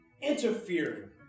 interfering